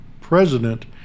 president